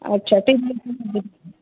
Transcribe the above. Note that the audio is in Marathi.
अच्छा